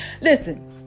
listen